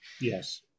Yes